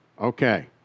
Okay